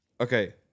Okay